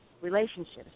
relationships